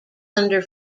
under